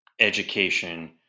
education